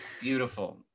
Beautiful